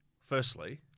Firstly